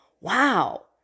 wow